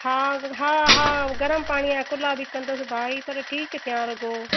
हा हा हा गरम पाणीअ जा कुल्ला बि कंदसि भाई पर ठीकु थियां रुॻो